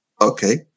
Okay